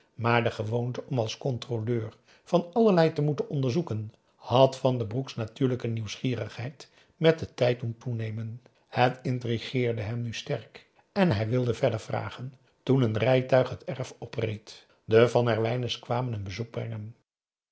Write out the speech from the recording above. maar de gewoonte om als controleur van allerlei te moeten onderzoeken had van den broek's natuurlijke nieuwsgierigheid met den tijd doen toenemen het intrigeerde hem nu sterk en hij wilde verder vragen toen een rijtuig het erf opreed de van herwijnen's kwamen een bezoek brengen